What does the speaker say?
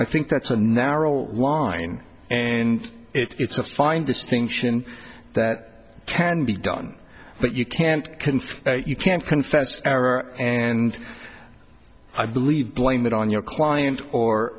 i think that's a narrow line and it's a fine distinction that can be done but you can't you can't confess error and i believe blame it on your client or